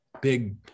big